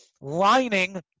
lining